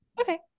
Okay